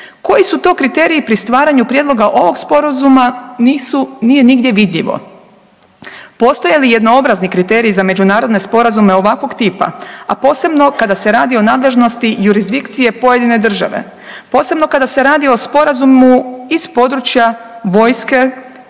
Koji su to kriteriji pri stvaranju prijedloga ovog Sporazuma, nije nigdje vidljivo. Postoje li jednoobrazni kriteriji za međunarodne sporazume ovakvog tipa? A posebno kada se radi o nadležnosti jurizdikcije pojedine države, posebno kada se radi o sporazumu iz područja vojske